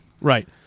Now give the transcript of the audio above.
Right